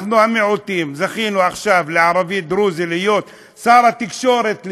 אנחנו המיעוטים זכינו עכשיו שערבי דרוזי יהיה שר התקשורת,